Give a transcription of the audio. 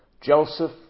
Joseph